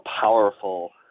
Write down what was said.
powerful